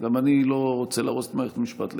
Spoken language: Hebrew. גם אני לא רוצה להרוס את מערכת המשפט,